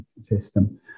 system